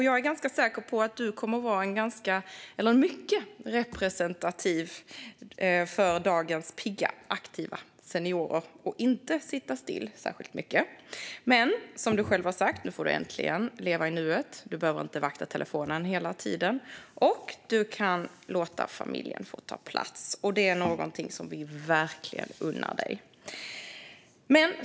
Jag är säker på att du kommer att vara mycket representativ för dagens pigga och aktiva seniorer och inte sitta still särskilt mycket. Men som du själv har sagt får du nu äntligen leva i nuet. Du behöver inte vakta telefonen hela tiden. Och du kan låta familjen få ta plats. Det är något som vi verkligen unnar dig.